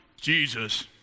Jesus